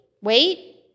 wait